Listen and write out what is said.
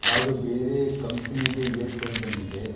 ಯಾವುದೋ ಬೇರೆ ಕಂಪ್ನಿದೆ ಇಯರ್ ಫೋನ್ ಬಂದಿದೆ